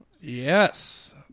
Yes